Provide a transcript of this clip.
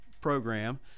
program